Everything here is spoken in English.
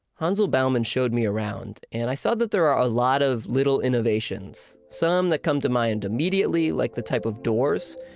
hansel bauman showed me around and i saw that there are a lot of little innovations. some that come to mind immediately, like the type of doors.